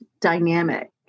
dynamic